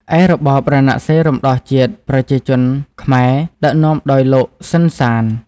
ឯរបប រណសិរ្សរំដោះជាតិប្រជាជនខ្មែរ ដឹកនាំដោយលោក សឺន សាន ។